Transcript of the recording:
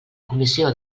comissió